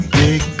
big